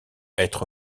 être